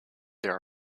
there